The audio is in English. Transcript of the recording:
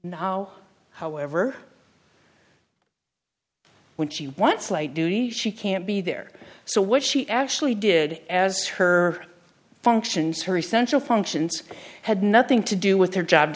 how however when she wants light duty she can't be there so what she actually did as her functions her essential functions had nothing to do with their jobs